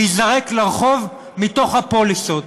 להיזרק לרחוב מתוך הפוליסות.